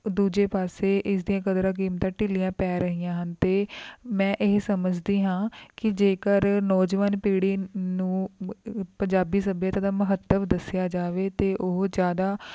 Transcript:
ਦੂਜੇ ਪਾਸੇ ਇਸ ਦੀਆਂ ਕਦਰਾਂ ਕੀਮਤਾਂ ਢਿੱਲੀਆਂ ਪੈ ਰਹੀਆਂ ਹਨ ਅਤੇ ਮੈਂ ਇਹ ਸਮਝਦੀ ਹਾਂ ਕਿ ਜੇਕਰ ਨੌਜਵਾਨ ਪੀੜ੍ਹੀ ਨੂੰ ਪੰਜਾਬੀ ਸਭਿਅਤਾ ਦਾ ਮਹੱਤਵ ਦੱਸਿਆ ਜਾਵੇ ਅਤੇ ਉਹ ਜ਼ਿਆਦਾ